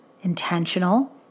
intentional